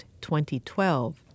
2012